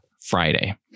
Friday